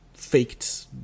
faked